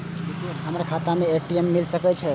हमर खाता में ए.टी.एम मिल सके छै?